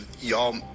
y'all